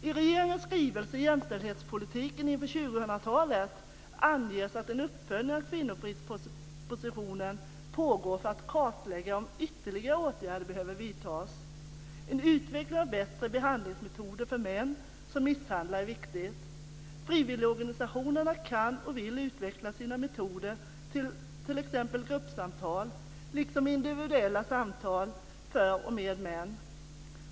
I regeringens skrivelse Jämställdhetspolitiken inför 2000-talet anges att en uppföljning av kvinnofridspropositionen pågår för att kartlägga om ytterligare åtgärder behöver vidtas. Det är viktigt att utveckla bättre behandlingsmetoder för män som misshandlar. Frivilligorganisationerna kan och vill utveckla sina metoder till t.ex. gruppsamtal, liksom individuella samtal, för och med män.